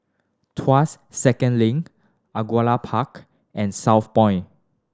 Tuas Second Link Angullia Park and Southpoint